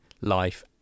Life